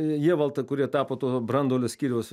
jievaltą kurie tapo to branduolio skyriaus